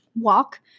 walk